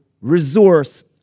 resource